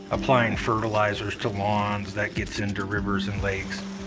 applying fertilizers to lawns, that gets into rivers and lakes.